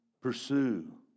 pursue